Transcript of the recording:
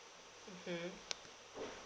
mmhmm